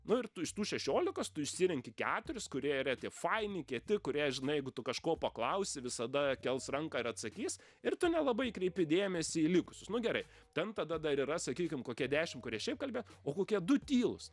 nu ir tu iš tų šešiolikos tu išsirenki keturis kurie yra tie faini kieti kurie žinai jeigu tu kažko paklausi visada kels ranką ir atsakys ir tu nelabai kreipi dėmesį į likusius nu gerai ten tada dar yra sakykim kokie dešim kurie šiaip kalbėjo o kokie du tylūs